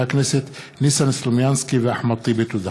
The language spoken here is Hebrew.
הכנסת ניסן סלומינסקי ואחמד טיבי בנושא: